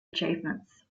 achievements